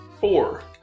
four